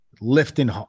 lifting